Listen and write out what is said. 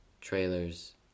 trailers